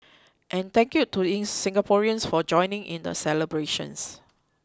and thank you to in Singaporeans for joining in the celebrations